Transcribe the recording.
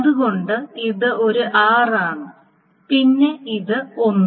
അതുകൊണ്ട് ഇത് ഒരു r ആണ് പിന്നെ ഇത് 1